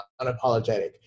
unapologetic